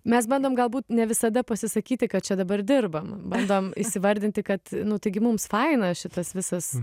mes bandom galbūt ne visada pasisakyti kad čia dabar dirbam bandom įsivardinti kad nu taigi mums faina šitas visas